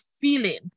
feeling